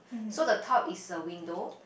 so the top is a window